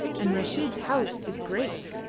and reshid's house is great.